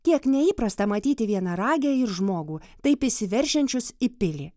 kiek neįprasta matyti vienaragę ir žmogų taip įsiveržiančius į pilį